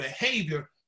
behavior